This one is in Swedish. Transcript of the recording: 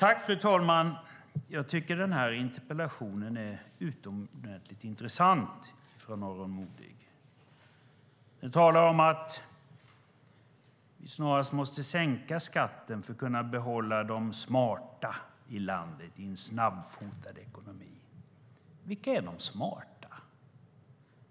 Fru talman! Jag tycker att interpellationen från Aron Modig är utomordentligt intressant. Han talar om att vi snarast måste sänka skatten för att kunna behålla de smarta i landet i en snabbfotad ekonomi. Vilka är de smarta?